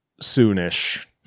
soon-ish